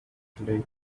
today